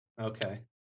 Okay